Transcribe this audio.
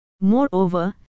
Moreover